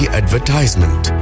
advertisement